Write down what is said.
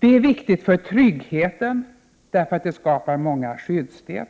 Det är viktigt för tryggheten därför att det skapar många skyddsnät.